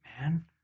man